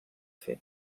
fer